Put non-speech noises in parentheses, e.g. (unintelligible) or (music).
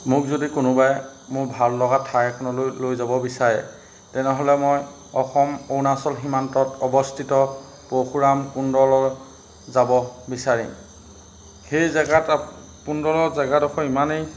মোক যদি কোনোবাই মোৰ ভাল লগা ঠাই এখনলৈ লৈ যাব বিচাৰে তেনেহ'লে মই অসম অৰুণাচল সীমান্তত অৱস্থিত পৰশুৰাম কুণ্ডলৈ যাব বিচাৰিম সেই জেগাত (unintelligible) জেগাডোখৰ ইমানেই